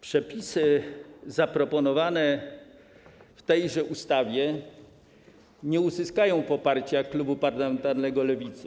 Przepisy zaproponowane w tej ustawie nie uzyskają poparcia klubu parlamentarnego Lewicy.